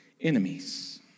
enemies